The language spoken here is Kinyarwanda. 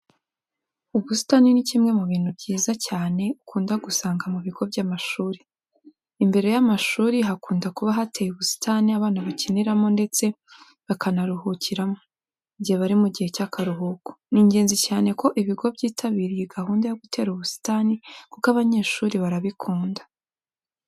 Ubusitani ni kimwe mu bintu byiza cyane ukunda gusanga mu bigo by'amashuri. Imbere y'amashuri hakunda kuba hateye ubusitani abana bakiniramo ndetse bakanaruhukiramo igihe bari mu gihe cy'akaruhuko. Ni ingenzi cyane ko ibigo byitabira iyi gahunda yo gutera ubusitani kuko abanyeshuri barabikunda.